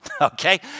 okay